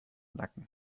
nacken